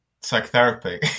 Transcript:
Psychotherapy